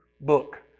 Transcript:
book